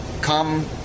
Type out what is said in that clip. Come